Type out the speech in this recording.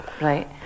right